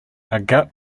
agate